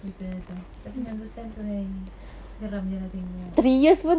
betul lah tu tapi nam do san tu !hais! geram jer lah tengok